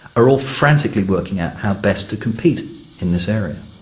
are all frantically working out how best to compete in this area.